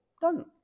Done